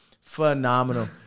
Phenomenal